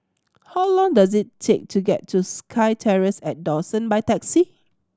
how long does it take to get to SkyTerrace at Dawson by taxi